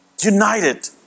united